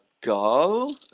go